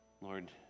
Lord